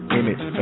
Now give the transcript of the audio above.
image